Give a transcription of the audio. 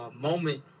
moment